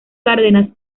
cárdenas